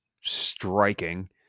striking